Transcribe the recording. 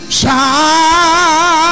shine